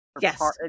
Yes